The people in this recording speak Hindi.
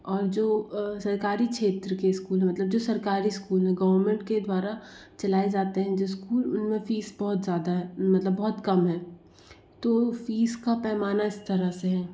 और जो सरकारी क्षेत्र के स्कूल हैं मतलब जो सरकारी स्कूल है उन्हें गवर्मेन्ट के द्वारा चलाए जाते हैं जो स्कूल उनमें फ़ीस बहुत ज़्यादा है मतलब बहुत कम है तो फ़ीस का पैमाना इस तरह से है